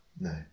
no